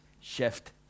shift